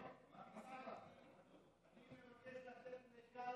אני מבקש לתת לחבר הכנסת